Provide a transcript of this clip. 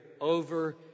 over